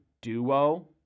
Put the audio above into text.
duo